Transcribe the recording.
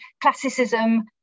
classicism